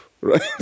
right